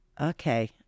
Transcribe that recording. Okay